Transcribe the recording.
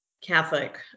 Catholic